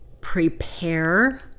prepare